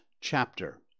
chapter